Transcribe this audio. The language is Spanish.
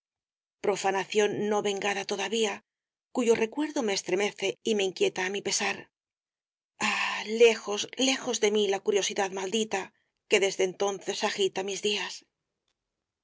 profanación no vengada todavía cuyo recuerdo me estremece y me inquieta á mi pesar ali lejos lejos de mí la curiosidad maldita que desde entonces agita mis días